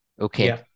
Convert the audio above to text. okay